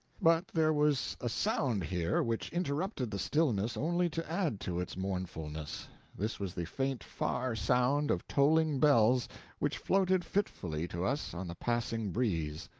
but there was a sound here which interrupted the stillness only to add to its mournfulness this was the faint far sound of tolling bells which floated fitfully to us on the passing breeze,